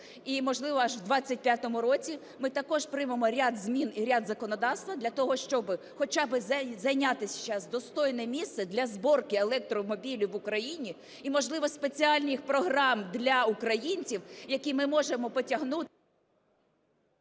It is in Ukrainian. і, можливо, аж в 25-му році ми також приймемо ряд змін і ряд законодавства для того, щоби хоча би зайняти сейчас достойне місце для зборки електромобілів в Україні і, можливо, спеціальних програм для українців, які ми можемо потягнути...